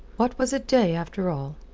what was a day, after all?